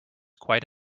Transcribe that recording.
quite